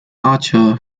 archer